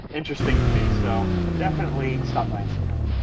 interesting to me. so definitely stop by and say hi.